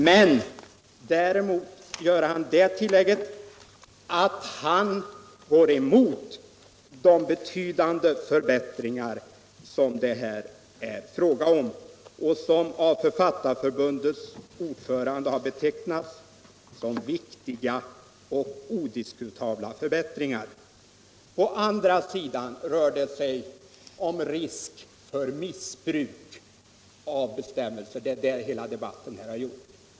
Han gör det tillägget att han går emot de betydande förbättringar det här är fråga om och som av Författarförbundets ordförande har betecknats som viktiga och odiskutabla förbättringar. Å andra sidan har hela debatten här rört sig om risk för missbruk av bestämmelser.